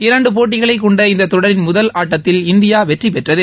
இரண்டு போட்டிகளைக் கொண்ட இந்த தொடரின் முதல் ஆட்டத்தில் இந்தியா வெற்றிபெற்றது